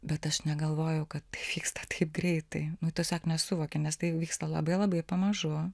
bet aš negalvojau kad vyksta taip greitai nu tiesiog nesuvoki nes tai vyksta labai labai pamažu